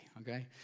okay